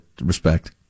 Respect